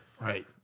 Right